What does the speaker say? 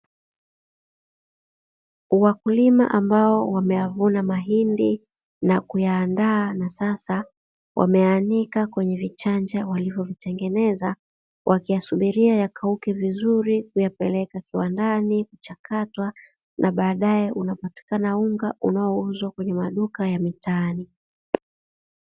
Wakulima ambao wameyavuna mahindi na kuyaandaa na sasa wameyaanika kwenye vichanja walivyovitengeneza wakiyasubiria yakauke vizuri kuyapeleka kiwandani kuchakatwa na baadae kupatikana unga unaouzwa kwenye maduka ya mitaani.